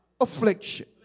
affliction